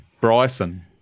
Bryson